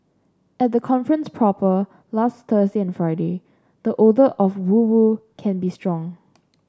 at the conference proper last Thursday and Friday the odour of woo woo can be strong